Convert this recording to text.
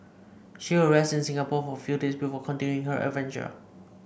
she will rest in Singapore for a few days before continuing her adventure